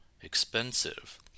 expensive